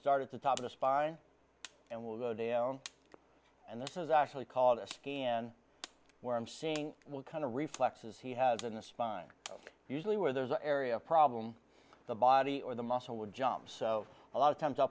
start at the top of the spine and will go down and this is actually called us and where i'm seeing what kind of reflexes he has in the spine usually where there's an area problem the body or the muscle would jump so a lot of times i'll